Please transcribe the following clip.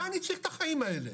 מה אני צריך את החיים האלה?